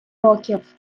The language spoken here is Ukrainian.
років